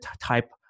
type